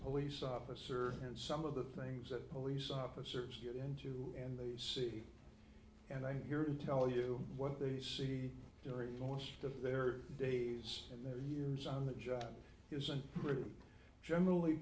police officer and some of the things that police officers get into in the city and i'm here to tell you what they see during most of their days and their years on the job isn't really generally